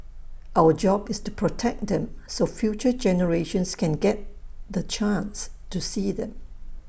our job is to protect them so future generations can get the chance to see them